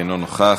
אינו נוכח,